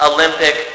Olympic